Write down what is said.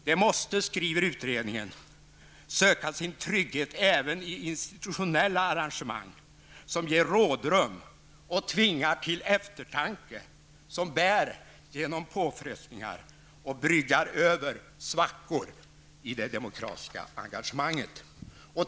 Det måste, skriver utredningen, söka sin trygghet även i institutionella arrangemang, som ger rådrum och tvingar till eftertanke, som bär genom påfrestningar och bryggar över svackor i det demokratiska engagemanget.